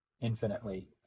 infinitely